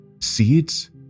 Seeds